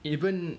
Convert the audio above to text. even